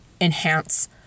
enhance